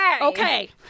Okay